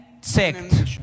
sect